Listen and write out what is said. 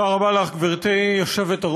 תודה רבה לך, גברתי היושבת-ראש.